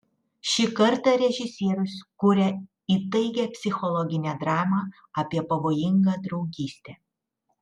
šį kartą režisierius kuria įtaigią psichologinę dramą apie pavojingą draugystę